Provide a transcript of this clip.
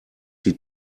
die